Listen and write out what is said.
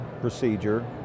procedure